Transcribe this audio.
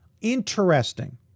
interesting